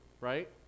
right